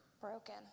broken